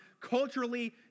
culturally